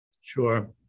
Sure